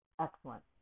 Excellent